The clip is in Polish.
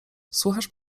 słuchasz